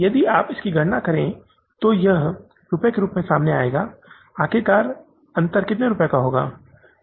यदि आप इसकी गणना करें तो यह रुपये के रूप में सामने आएगा आखिरकार वेरिएशन अंतर कितने रुपये का होगा